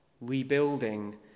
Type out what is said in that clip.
rebuilding